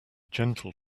gentle